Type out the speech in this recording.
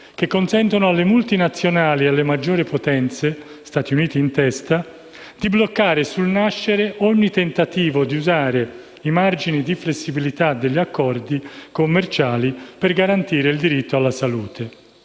che consentono alle multinazionali e alle maggiori potenze (Stati Uniti in testa) di bloccare sul nascere ogni tentativo di usare i margini di flessibilità degli accordi commerciali per garantire il diritto alla salute.